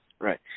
Right